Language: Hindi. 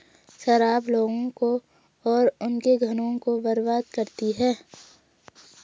शराब लोगों को और उनके घरों को बर्बाद करती है